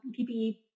PPE